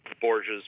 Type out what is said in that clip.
Borges